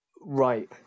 Right